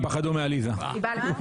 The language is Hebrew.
בזה.